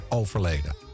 overleden